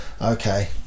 Okay